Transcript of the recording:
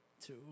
Two